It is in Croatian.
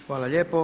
Hvala lijepo.